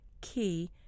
key